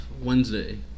Wednesday